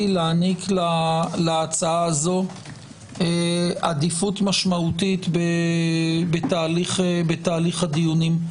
להעניק לה עדיפות משמעותית בתהליך הדיונים.